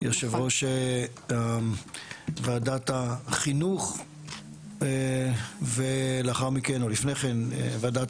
יושב-ראש ועדת החינוך ולאחר מכן או לפני כן ועדת